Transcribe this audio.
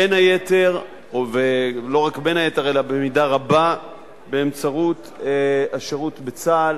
במידה רבה באמצעות השירות בצה"ל,